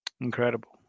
incredible